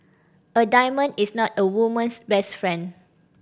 a diamond is not a woman's best friend